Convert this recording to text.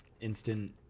instant